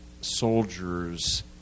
soldiers